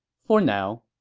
for now